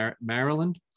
Maryland